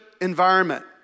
environment